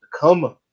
come